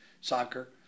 soccer